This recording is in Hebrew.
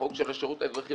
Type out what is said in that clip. בחוק של השירות האזרחי,